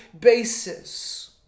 basis